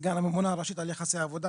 סגן הממונה הראשית על יחסי עבודה,